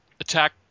attack